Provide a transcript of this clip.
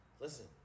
Listen